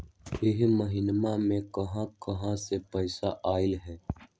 इह महिनमा मे कहा कहा से पैसा आईल ह?